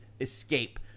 escape